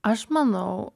aš manau